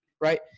right